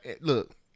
look